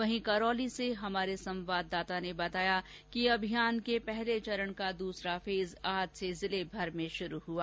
वहीं करौली से हमारे संवाददाता ने बताया कि अभियान के पहले चरण का दूसरा फेज़ आज से जिलेभर में शुरू हुआ